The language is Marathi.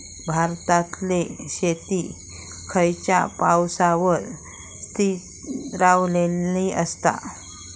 भारतातले शेती खयच्या पावसावर स्थिरावलेली आसा?